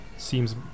Seems